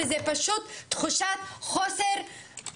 וזה פשוט תחושת אובדן,